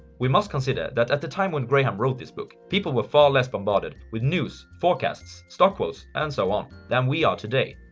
we must consider that, at the time when graham wrote this book, people were far less bombarded with news, forecasts, stock quotes, and so on than we are today.